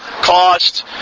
cost